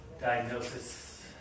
Diagnosis